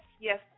Yes